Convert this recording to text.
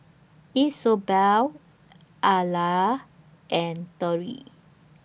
Isobel Alia and